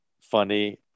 funny